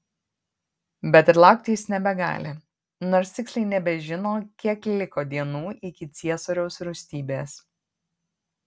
bet ir laukti jis nebegali nors tiksliai nebežino kiek liko dienų iki ciesoriaus rūstybės